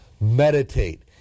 meditate